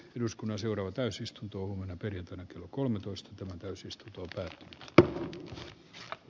eduskunnan seuraava täysistunto on kertynyt kolmetoista täysistunto voi tulla a